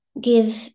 give